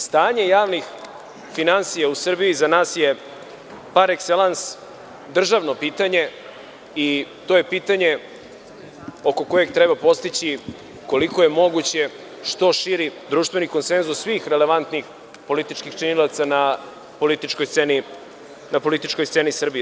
Stanje javnih finansija u Srbiji za nas je par ekselans državno pitanje i to je pitanje oko kojeg treba postići, koliko je moguće, što širi društveni konsenzus svih relevantnih političkih činilaca na političkoj sceni Srbije.